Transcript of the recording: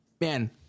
man